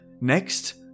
next